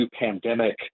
pandemic